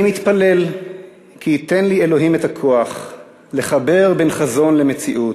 אני מתפלל כי ייתן לי אלוהים את הכוח לחבר בין חזון למציאות,